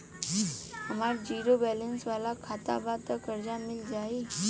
हमार zero balance वाला खाता बा त कर्जा मिल जायी?